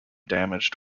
damaged